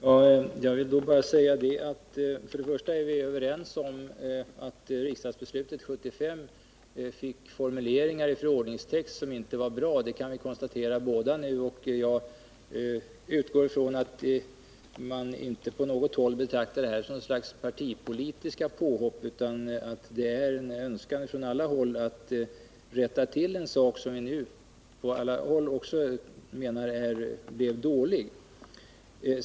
Herr talman! Med anledning av Jan-Erik Wikströms inlägg vill jag bara säga att vi är överens om att riksdagsbeslutet 1975 fick en formulering i förordningstext som inte var bra. Det kan vi båda nu konstatera. Jag utgår ifrån att man inte på något håll betraktar min fråga som något slags partipolitiskt påhopp utan att det är en önskan från alla håll att rätta till en sak som man menar är dålig.